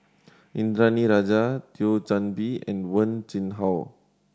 Indranee Rajah Thio Chan Bee and Wen Jinhua